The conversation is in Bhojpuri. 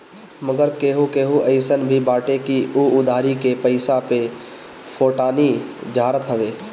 मगर केहू केहू अइसन भी बाटे की उ उधारी के पईसा पे फोटानी झारत हवे